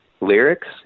lyrics